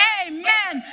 amen